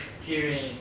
hearing